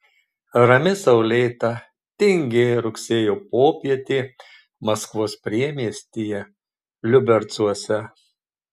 rami saulėta tingi rugsėjo popietė maskvos priemiestyje liubercuose